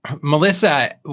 Melissa